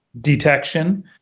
detection